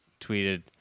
tweeted